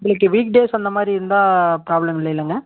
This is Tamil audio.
உங்களுக்கு வீக் டேஸ் அந்தமாதிரி இருந்தால் ப்ராப்ளம் இல்லைலேங்க